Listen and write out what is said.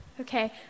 Okay